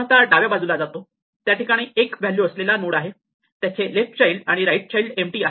आपण आता डाव्या बाजूला जातो त्या ठिकाणी 1 व्हॅल्यू असलेला नोड आहे त्याचे लेफ्ट चाइल्ड आणि राइट चाइल्ड एम्पटी आहेत